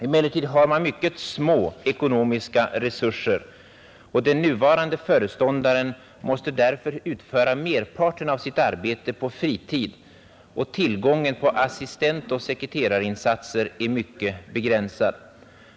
Emellertid har man mycket små ekonomiska resurser, och den nuvarande föreståndaren måste därför utföra merparten av sitt arbete på fritid. Tillgången på assistentoch sekreterarinsatser är mycket begränsad.